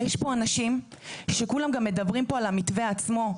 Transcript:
יש פה אנשים שכולם גם מדברים פה על המתווה עצמו,